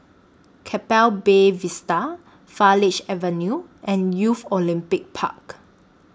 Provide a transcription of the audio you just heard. Keppel Bay Vista Farleigh Avenue and Youth Olympic Park